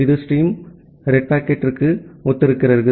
இது ஸ்ட்ரீம் சிவப்பு பாக்கெட்டுக்கு ஒத்திருக்கிறது